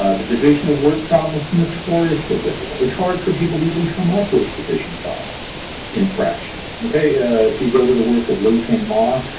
ah the division of word problems is and notoriously difficult. it's hard for people to even come up with division problems in fractions. if you go to the work of liping ma,